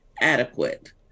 adequate